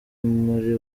muri